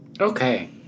Okay